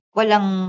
walang